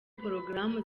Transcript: porogaramu